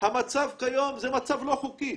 המצב כיום זה מצב לא חוקי.